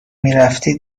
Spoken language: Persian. میرفتی